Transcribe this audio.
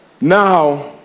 Now